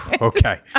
okay